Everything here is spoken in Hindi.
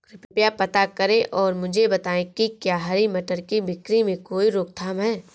कृपया पता करें और मुझे बताएं कि क्या हरी मटर की बिक्री में कोई रोकथाम है?